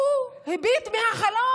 והוא הביט מהחלון,